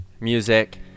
music